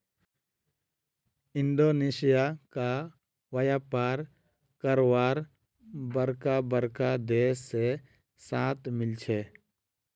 Indonesia क व्यापार करवार बरका बरका देश से साथ मिल छे